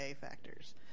factors